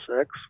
six